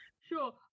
Sure